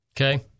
Okay